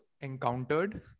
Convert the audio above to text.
encountered